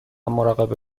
مراقب